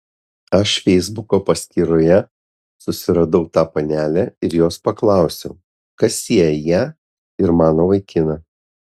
aš feisbuko paskyroje susiradau tą panelę ir jos paklausiau kas sieja ją ir mano vaikiną